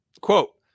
Quote